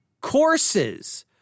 courses